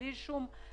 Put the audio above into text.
בלי שום הפוגה.